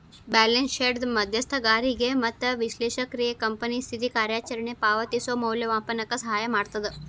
balance ಶೇಟ್ದ್ ಮಧ್ಯಸ್ಥಗಾರಿಗೆ ಮತ್ತ ವಿಶ್ಲೇಷಕ್ರಿಗೆ ಕಂಪನಿ ಸ್ಥಿತಿ ಕಾರ್ಯಚರಣೆ ಪಾವತಿಸೋ ಮೌಲ್ಯಮಾಪನಕ್ಕ ಸಹಾಯ ಮಾಡ್ತದ